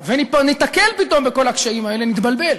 וניתקל פתאום בכל הקשיים האלה נתבלבל,